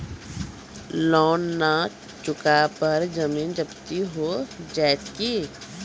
Loan न चुका पर जमीन जब्ती हो जैत की?